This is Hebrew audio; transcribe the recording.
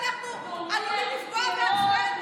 ברור, בגלל שאנחנו עלולים לפגוע בעצמנו.